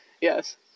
Yes